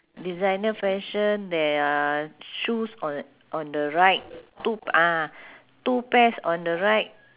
designer fashion there are shoes on on the right two ah two pairs on the right